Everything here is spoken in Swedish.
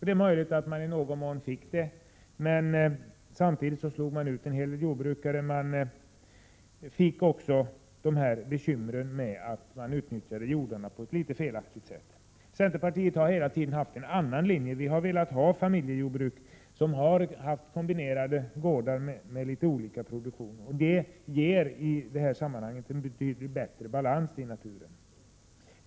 Det är möjligt att man i någon mån lyckades med det, men samtidigt slogs en hel del jordbrukare ut, och det uppstod bekymmer med att jordarna utnyttjades på ett felaktigt sätt. Centerpartiet har hela tiden följt en annan linje, där vi ville ha familjejordbruk och kombinerade gårdar med olika produktion. Det ger i detta sammanhang en betydligt bättre balans i naturen.